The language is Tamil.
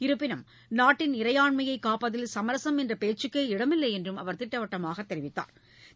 இருப்பினும் நாட்டின் இறையாண்மையை காப்பதில் சமரசம் என்ற பேச்சுக்கே இடமில்லை என்றும் அவர் திட்டவட்டமாக தெரிவித்தாா்